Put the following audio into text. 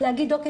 להגיד 'אוקיי.